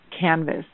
canvas